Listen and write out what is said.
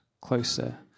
closer